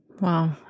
Wow